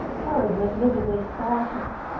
herod was visibly startled.